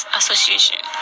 association